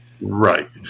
Right